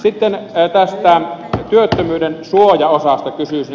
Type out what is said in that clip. sitten tästä työttömyyden suojaosasta kysyisin